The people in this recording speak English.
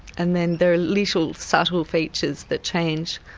and then there are little subtle features that change.